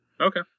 Okay